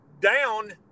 down